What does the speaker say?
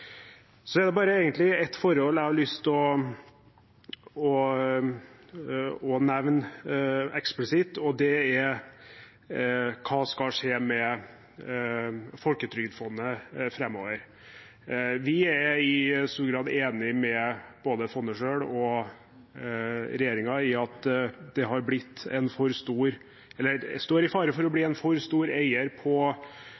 er egentlig bare ett forhold jeg har lyst til å nevne eksplisitt, og det er: Hva skal skje med Folketrygdfondet framover? Vi er i stor grad enige med både fondet selv og regjeringen i at det står i fare for å bli en for stor